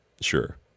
sure